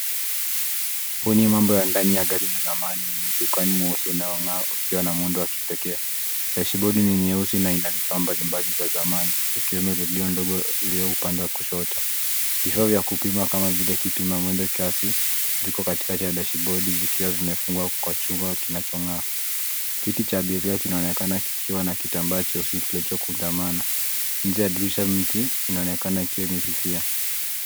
Kwenye sehemu ya ndani ya gari, kuna udhibiti, pedali, na voluma ya kifaa cha kupima. Dashibodi ni nyeupe yenye tarehe 9 Novemba kama ilivyokuwa zamani. Kilo ndogo ipo upande wa kushoto. Kipimo cha kupima kiwango cha mafuta kiko kwenye dashibodi,